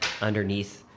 underneath